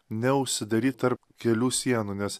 neužsidaryt tarp kelių sienų nes